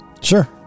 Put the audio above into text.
Sure